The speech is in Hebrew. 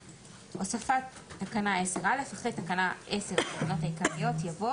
הוספת תקנה 10א 2. אחרי תקנה 10 לתקנות העיקריות יבוא: